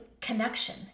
connection